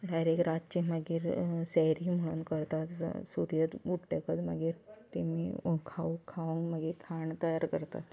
direct रातचें मागीर सेहरी म्हणून करतात सूर्य बुडतकच मागीर तेमी खावूं खावन मागीर खाण तयार करतात